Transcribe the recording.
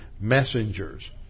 messengers